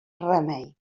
remei